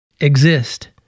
exist